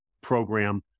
program